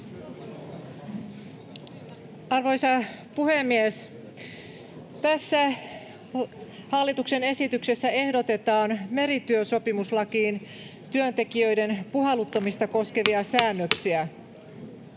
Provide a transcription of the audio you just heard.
Arvoisa puhemies! Tässä hallituksen esityksessä ehdotetaan merityösopimuslakiin työntekijöiden puhalluttamista koskevia säännöksiä.